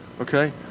Okay